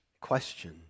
question